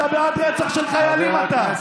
אתה בעד רצח של חיילים, אתה.